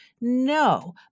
No